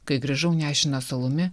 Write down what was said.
kai grįžau nešinas alumi